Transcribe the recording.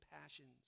passions